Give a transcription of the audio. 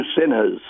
sinners